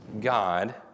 God